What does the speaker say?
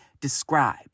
describe